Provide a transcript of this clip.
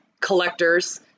Collectors